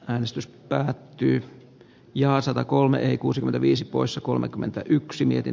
äänestys päättyy ja satakolme kuusi viisi poissa kolmekymmentäyksi mietin